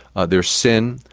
ah there's sin,